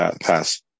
pass